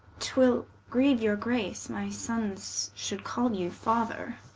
twill grieue your grace, my sonnes should call you father